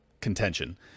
contention